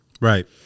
Right